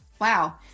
Wow